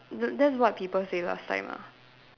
that that's what people say last time lah